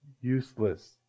useless